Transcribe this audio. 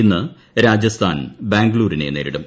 ഇന്ന് രാജസ്ഥാൻ ബാംഗ്ലൂരിനെ നേരിടും